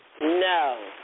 No